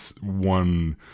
one